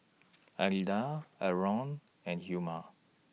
Alida Arron and Hilma